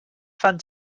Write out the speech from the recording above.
fan